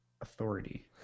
authority